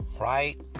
Right